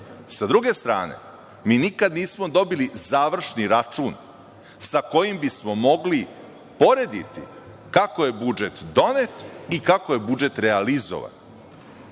druge strane, mi nikad nismo dobili završni račun sa kojim bismo mogli porediti kako je budžet donet i kako je budžet realizovan.